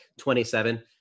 27